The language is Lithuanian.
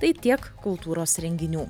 tai tiek kultūros renginių